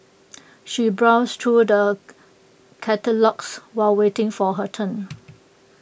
she browsed through the catalogues while waiting for her turn